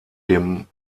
dem